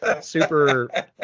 super